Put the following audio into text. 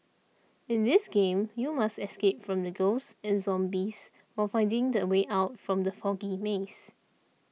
in this game you must escape from ghosts and zombies while finding the way out from the foggy maze